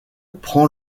prend